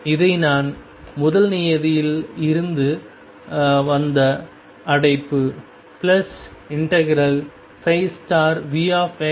இதை நான் முதல் நியதியில் இருந்து வந்த அடைப்பு ∫Vxxψdx இல் வைத்தேன்